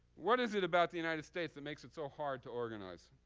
what is it about the united states that makes it so hard to organize?